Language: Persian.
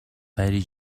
پری